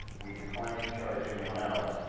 we declined to charge anyone else,